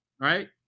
Right